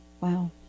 Wow